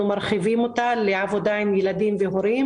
מרחיבים אותה לעבודה עם ילדים והורים.